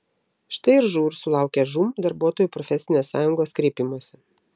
štai ir žūr sulaukė žūm darbuotojų profesinės sąjungos kreipimosi